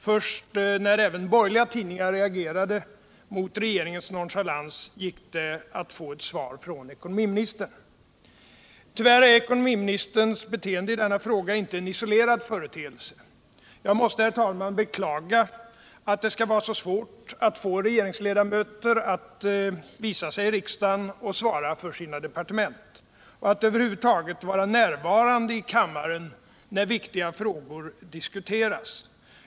Först när även borgerliga tidningar reagerade mot regeringens nonchalans gick det att få ett svar från ekonomiministern. Tyvärr är ekonomiministerns beteende i denna fråga inte en isolerad företeelse. Jag måste, herr talman, beklaga att det skall vara så svårt att få regeringsledamöterna att visa sig i riksdagen och svara för sina departement och att över huvud taget vara närvarande i kammaren när viktiga frågor diskuteras.